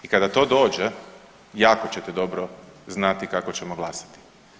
I kada to dođe jako ćete dobro znati kako ćemo glasati.